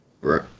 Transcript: Right